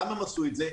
למה הם עשו את זה?